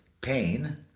pain